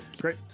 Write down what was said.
great